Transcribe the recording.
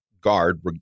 guard